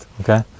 okay